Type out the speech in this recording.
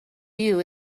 view